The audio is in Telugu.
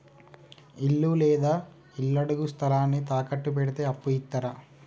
ఇల్లు లేదా ఇళ్లడుగు స్థలాన్ని తాకట్టు పెడితే అప్పు ఇత్తరా?